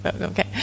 Okay